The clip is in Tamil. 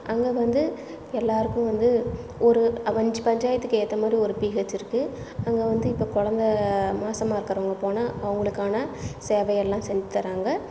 அங்கே வந்து எல்லார்க்கும் வந்து ஒரு அஞ்சு பஞ்சாயத்துக்கு ஏற்ற மாதிரி ஒரு பிஹச் இருக்கு அங்கே வந்து இப்போ குழந்த மாசமாக இருக்குறவங்க போனால் அவங்களுக்கான சேவை எல்லாம் செஞ்சு தராங்க